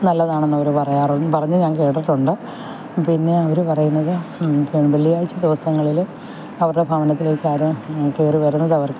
നല്ലതാണെന്ന് അവർ പറയാറു പറഞ്ഞ് ഞാൻ കേട്ടിട്ടുണ്ട് പിന്നെ അവർ പറയുന്നത് വെള്ളിയാഴ്ച്ച ദിവസങ്ങളിൽ അവരുടെ ഭവനത്തിലേക്ക് ആരും കയറി വരുന്നത് അവർക്ക്